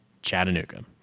Chattanooga